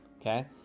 Okay